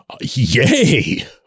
Yay